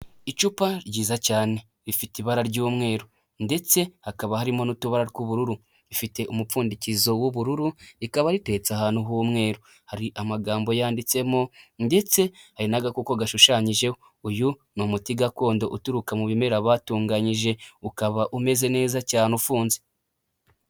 Icupa ryiza cyane, rifite ibara ry'umweru ndetse hakaba harimo n'utubara tw'ubururu. Rifite umupfundikizo w'ubururu, rikaba riteretse ahantu h'umweru. Hari amagambo yanditsemo ndetse hari n'agakoko gashushanyijeho. Uyu ni umuti gakondo uturuka mu bimera batunganyije, ukaba umeze neza cyane ufunze.